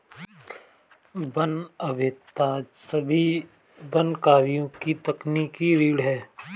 one अभियंता सभी वन कार्यों की तकनीकी रीढ़ हैं